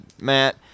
Matt